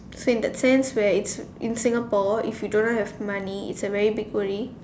so in that sense where it's in Singapore if you do not have money is a very big worry